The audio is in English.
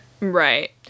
Right